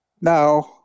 Now